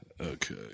Okay